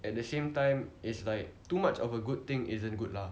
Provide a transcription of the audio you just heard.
at the same time it's like too much of a good thing isn't good lah